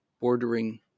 bordering